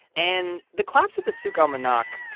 and the collapse of the souk al-manakh,